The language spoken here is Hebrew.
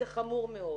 זה חמור מאוד.